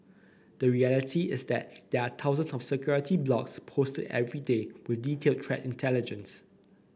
the reality is that there are thousands of security blogs posted every day with detailed threat intelligence